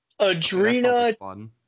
Adrena